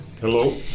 Hello